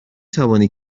توانی